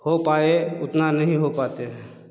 हो पाए उतना नहीं हो पाते है